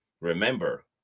remember